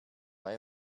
buy